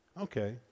okay